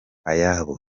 ayabo